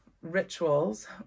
rituals